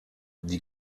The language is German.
die